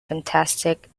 fantastic